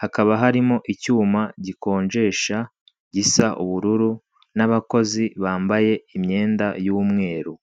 hakaba harimo icyuma gikonjesha gisa ubururu n'abakozi bambaye imyenda y'umweru.